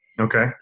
Okay